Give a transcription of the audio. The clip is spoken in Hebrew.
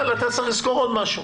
אבל אתה צריך לזכור עוד משהו.